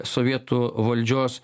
sovietų valdžios